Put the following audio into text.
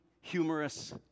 humorous